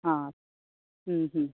हां